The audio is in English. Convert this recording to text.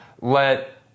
let